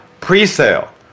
pre-sale